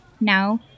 Now